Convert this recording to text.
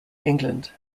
england